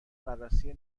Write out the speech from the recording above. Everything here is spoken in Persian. بررسی